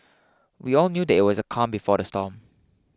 we all knew that it was the calm before the storm